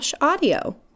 audio